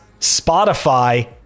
spotify